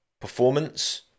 performance